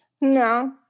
No